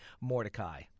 Mordecai